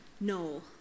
No